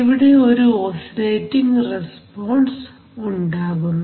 ഇവിടെ ഒരു oscillating response ഉണ്ടാകുന്നു